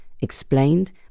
explained